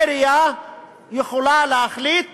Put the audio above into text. העירייה יכולה להחליט